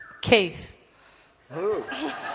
Keith